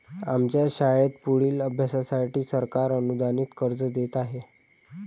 आमच्या शाळेत पुढील अभ्यासासाठी सरकार अनुदानित कर्ज देत आहे